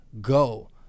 go